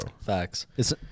Facts